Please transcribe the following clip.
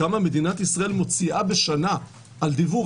כמה מדינת ישראל מוציאה בשנה על דיוור,